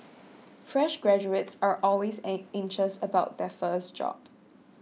fresh graduates are always anxious about their first job